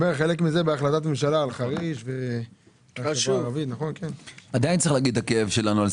על חריש ו --- עדיין צריך להגיד את הכאב שלנו,